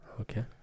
Okay